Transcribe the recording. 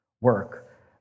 work